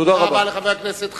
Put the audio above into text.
תודה רבה לחבר הכנסת חנין.